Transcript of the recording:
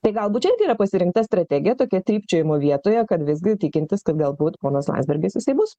tai galbūt čia yra pasirinkta strategija tokia trypčiojimo vietoje kad visgi tikintis kad galbūt ponas landsbergis jisai bus